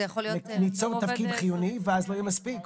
זה יכול להיות -- אני מפחד שנצור תפקיד חיוני ואז לא יהיה מספיק.